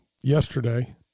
yesterday